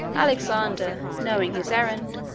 alexander, knowing his errand,